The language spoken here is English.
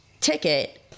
ticket